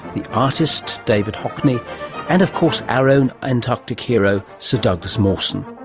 the artist david hockney and of course our own antarctic hero sir douglas mawson.